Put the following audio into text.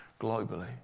globally